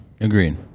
Agreed